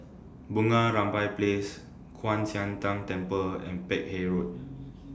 Bunga Rampai Place Kwan Siang Tng Temple and Peck Hay Road